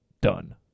done